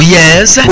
Yes